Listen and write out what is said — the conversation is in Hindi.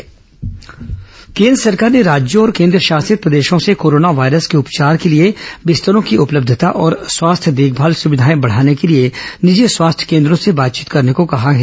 स्वास्थ्य मंत्रालय सलाह केन्द्र सरकार ने राज्यों और केन्द्रशासित प्रदेशों से कोरोना वायरस के उपचार के लिए बिस्तरों की उपलब्यता और स्वास्थ्य देखमाल सुविधाएं बढ़ाने के लिए निजी स्वास्थ्य केन्द्रों से बातचीत करने को कहा है